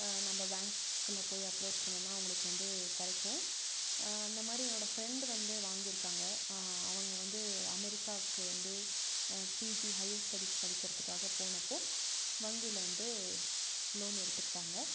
நம்ம பேங்க்கில் போய் அப்ரோச் பண்ணோன்னால் அவங்களுக்கு வந்து கிடைக்கும் அந்த மாதிரி என்னோடய ஃப்ரெண்டு வந்து வாங்கியிருக்காங்க அவங்க வந்து அமெரிக்காவுக்கு வந்து பிஜி ஹையர் ஸ்டெடிஸ் படிக்கிறதுக்காக போனப்போது வங்கியிலேருந்து லோன் எடுத்துக்கிட்டாங்க